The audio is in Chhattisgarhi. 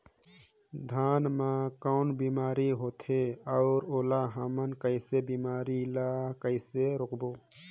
धान मा कौन बीमारी होथे अउ ओला हमन कइसे बीमारी ला कइसे रोकबो?